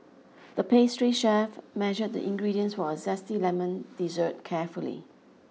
the pastry chef measured the ingredients for a zesty lemon dessert carefully